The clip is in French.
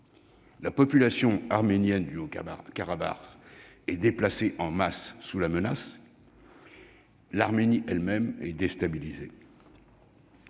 La population arménienne du Haut-Karabagh est déplacée en masse sous la menace. L'Arménie elle-même est déstabilisée.